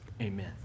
Amen